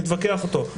נתווכח אותו,